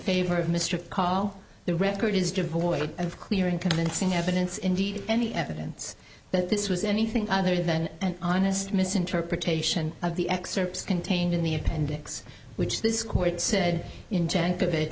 favor of mr carro the record is devoid of clear and convincing evidence indeed any evidence that this was anything other than an honest misinterpretation of the excerpts contained in the appendix which this court said intent of